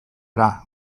ara